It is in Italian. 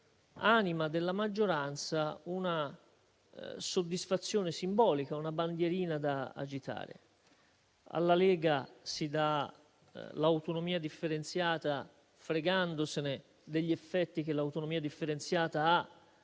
anima della maggioranza una soddisfazione simbolica, una bandierina da agitare. Alla Lega si dà l'autonomia differenziata, fregandosene degli effetti che l'autonomia differenziata ha